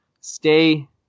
stay